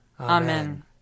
Amen